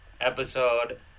episode